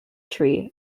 tree